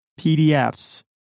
PDFs